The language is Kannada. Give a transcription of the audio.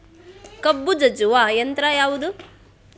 ಕಬ್ಬು ಜಜ್ಜುವ ಯಂತ್ರ ಯಾವುದು?